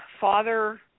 Father